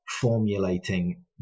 formulating